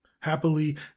happily